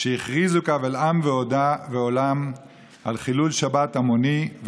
שהכריזו קבל עם ועולם על חילול שבת המוני.